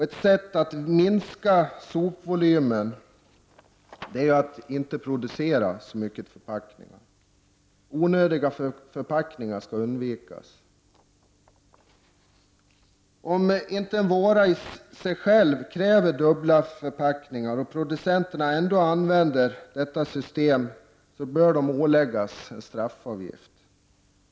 Ett sätt att minska sopvolymen är att inte producera så mycket förpackningar. Onödiga förpackningar skall undvikas. Om en vara inte kräver dubbla förpackningar och producenterna ändå använder detta system, bör producenterna åläggas en straffavgift.